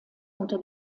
unter